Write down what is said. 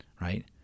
Right